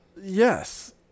Yes